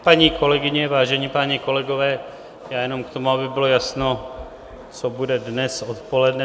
Paní kolegyně, vážení páni kolegové, jenom k tomu, aby bylo jasno, co bude dnes odpoledne.